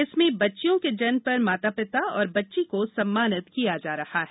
इसमें बच्चियों के जन्म पर माता पिता और बच्ची को सम्मानित जा रहा है